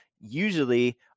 usually